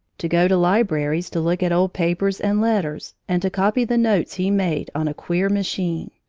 to go to libraries to look at old papers and letters, and to copy the notes he made on a queer machine.